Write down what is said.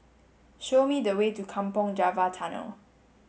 show me the way to Kampong Java Tunnel